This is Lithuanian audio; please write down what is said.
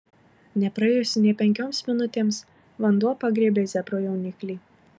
nepraėjus nė penkioms minutėms vanduo pagriebė zebro jauniklį